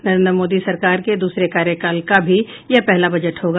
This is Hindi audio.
नरेन्द्र मोदी सरकार के दूसरे कार्यकाल का भी यह पहला बजट होगा